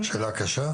אני יודע שזו שאלה קשה.